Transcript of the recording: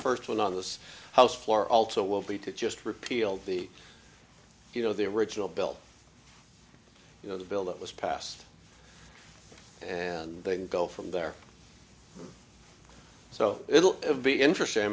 first one on the house floor also will be to just repeal the you know the original bill you know the bill that was passed and then go from there so it'll be interesting